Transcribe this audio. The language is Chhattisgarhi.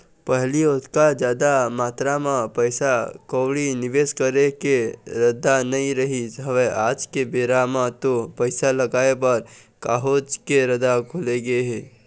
पहिली ओतका जादा मातरा म पइसा कउड़ी निवेस करे के रद्दा नइ रहिस हवय आज के बेरा म तो पइसा लगाय बर काहेच के रद्दा खुलगे हे